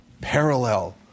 parallel